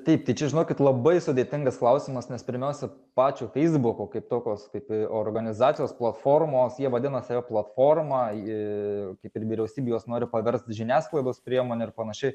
taip tai čia žinokit labai sudėtingas klausimas nes pirmiausia pačio feisbuko kaip tokios kaip i organizacijos platformos jie vadina save platforma i kaip ir vyriausybė juos nori paverst žiniasklaidos priemone ir panašiai